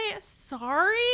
Sorry